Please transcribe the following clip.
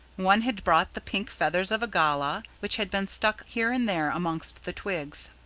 one had brought the pink feathers of a galah, which had been stuck here and there amongst the twigs.